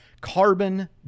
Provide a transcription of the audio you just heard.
carbon